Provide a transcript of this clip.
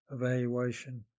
evaluation